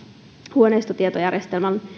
huoneistotietojärjestelmän